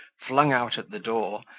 flung out at the door,